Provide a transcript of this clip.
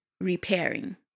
repairing